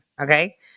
Okay